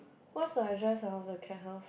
what's the address ah of the cat house